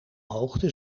hoogte